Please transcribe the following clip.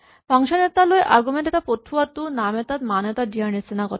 function এটালৈ argument এটা পঠোৱাটো নাম এটাত মান এটা দিয়াৰ নিচিনা কথা